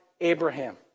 abraham